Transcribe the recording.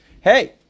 hey